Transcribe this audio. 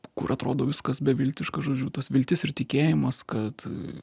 kur atrodo viskas beviltiška žodžiu tas viltis ir tikėjimas kad